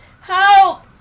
Help